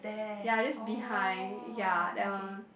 ya I just behind ya that one